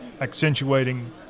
accentuating